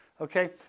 Okay